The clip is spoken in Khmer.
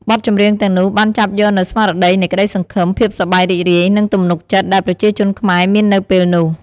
បទចម្រៀងទាំងនោះបានចាប់យកនូវ ស្មារតីនៃក្តីសង្ឃឹម ភាពសប្បាយរីករាយ និងទំនុកចិត្ត ដែលប្រជាជនខ្មែរមាននៅពេលនោះ។